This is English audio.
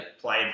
Played